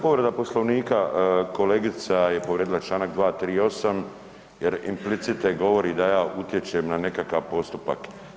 Pa povreda Poslovnika, kolegica je povrijedila čl. 238. jer implicite govori da ja utječem na nekakav postupak.